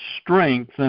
strength